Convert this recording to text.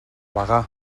bagà